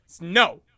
no